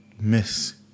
miss